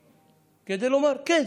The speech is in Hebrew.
כדי לומר: כן,